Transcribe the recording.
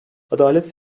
adalet